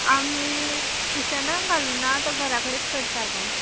आमी टुशनांग घालना तो घरा कडेन करता गो